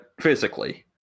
physically